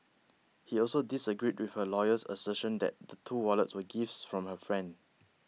he also disagreed with her lawyer's assertion that the two wallets were gifts from her friend